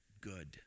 good